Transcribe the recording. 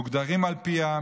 מוגדרים על פיה,